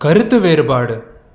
கருத்து வேறுபாடு